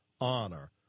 honor